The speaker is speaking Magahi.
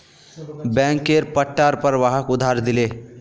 बैंकेर पट्टार पर वहाक उधार दिले